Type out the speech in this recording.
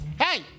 Hey